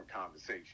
conversation